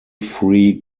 free